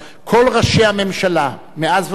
כל ראשי הממשלה מאז ועד היום,